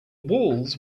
walls